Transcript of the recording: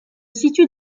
situe